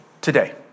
today